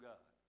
God